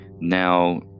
now